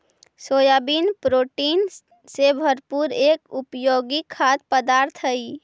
soybean protein से भरपूर एक उपयोगी खाद्य पदार्थ हई